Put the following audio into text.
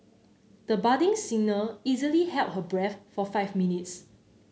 the budding singer easily held her breath for five minutes